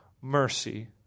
mercy